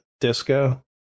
Disco